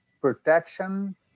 protection